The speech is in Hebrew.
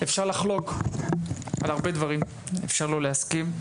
אפשר לחלוק על הרבה דברים; אפשר לא להסכים,